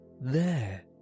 There